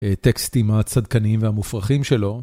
טקסטים הצדקניים והמופרכים שלו.